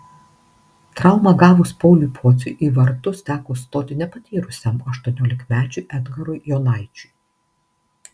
traumą gavus pauliui pociui į vartus teko stoti nepatyrusiam aštuoniolikmečiui edgarui jonaičiui